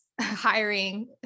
hiring